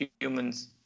humans